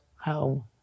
Home